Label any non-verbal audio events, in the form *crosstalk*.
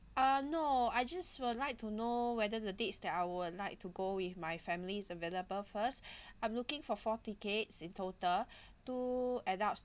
uh no I just would like to know whether the dates that I would like to go with my family is available first *breath* I'm looking for four tickets in total *breath* two adults